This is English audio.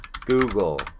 Google